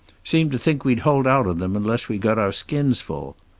seemed to think we'd hold out on them unless we got our skins full.